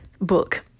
book